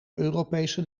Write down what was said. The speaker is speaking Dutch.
europese